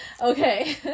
Okay